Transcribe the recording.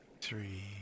three